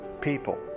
people